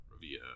via